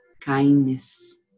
kindness